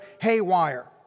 haywire